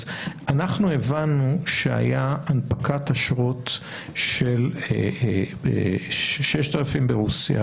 אנחנו הבנו שהייתה הנפקת אשרות של 6,000 ברוסיה